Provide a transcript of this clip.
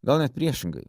gal net priešingai